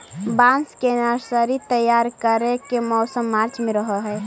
बांस के नर्सरी तैयार करे के मौसम मार्च में रहऽ हई